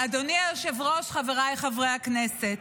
אדוני היושב-ראש, חבריי חברי הכנסת,